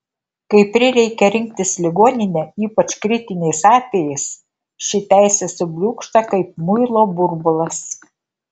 kai prireikia rinktis ligoninę ypač kritiniais atvejais ši teisė subliūkšta kaip muilo burbulas